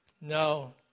No